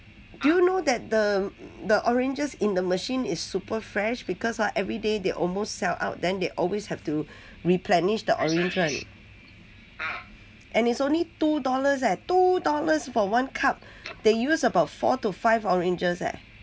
do you know that the the oranges in the machine is super fresh because ah everyday they almost sell out then they always have to replenish the orange [right] and is only two dollars eh two dollars for one cup they use about four to five oranges eh